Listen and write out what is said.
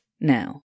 now